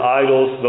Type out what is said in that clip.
idols